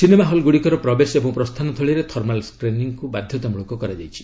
cinema ହଲ୍ଗୁଡ଼ିକର ପ୍ରବେଶ ଏବଂ ପ୍ରସ୍ଥାନ ସ୍ଥଳୀରେ ଥର୍ମାଲ୍ ଷ୍ଟ୍ରିନିଙ୍ଗ୍କୁ ବାଧ୍ୟତାମୂଳକ କରାଯାଇଛି